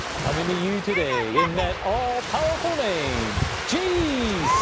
coming to you today in that all-powerful name, jesus!